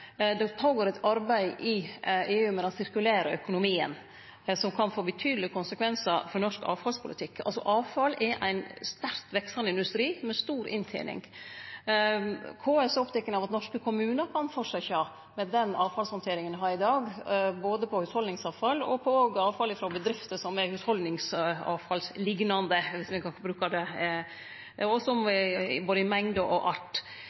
Det pågår eit arbeid i EU med den sirkulære økonomien, som kan få betydelege konsekvensar for norsk avfallspolitikk. Avfall er ein sterkt veksande industri med stor inntening. KS er oppteken av at norske kommunar kan fortsetje med den avfallshandteringa ein har i dag, av både hushaldsavfall og avfall frå bedrifter som er hushaldavfallsliknande, viss me kan bruke det, i både mengde og art.